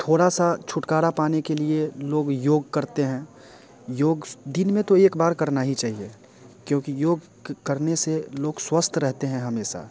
थोड़ा सा छुटकारा पाने के लिए लोग योग करते हैं योग दिन में तो एक बार करना ही चाहिए क्योंकि योग करने से लोग स्वस्थ रहते हैं हमेशा